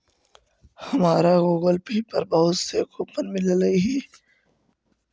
हमारा Google Pay पर बहुत से कूपन मिललई हे